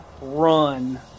run